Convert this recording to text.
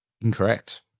Incorrect